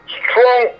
strong